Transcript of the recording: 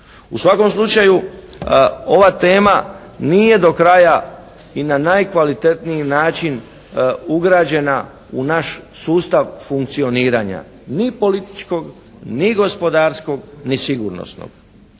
U svakom slučaju ova tema nije do kraja i na najkvalitetniji način ugrađena u naš sustav funkcioniranja, ni političkog, ni gospodarskog, ni sigurnosnog.